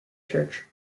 church